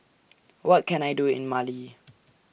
What Can I Do in Mali